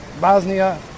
Bosnia